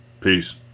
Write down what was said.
Peace